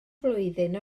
flwyddyn